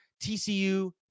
TCU